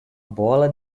bola